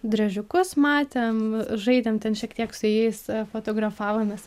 driežiukus matėm žaidėm ten šiek tiek su jais fotografavomės